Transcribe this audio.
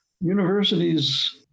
Universities